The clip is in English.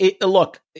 Look